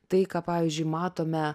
tai ką pavyzdžiui matome